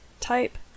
type